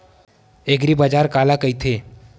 एग्रीबाजार काला कइथे?